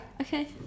Okay